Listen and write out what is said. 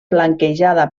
flanquejada